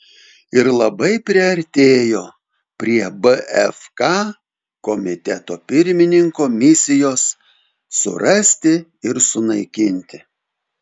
ir labai priartėjo prie bfk komiteto pirmininko misijos surasti ir sunaikinti